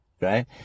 right